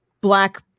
Black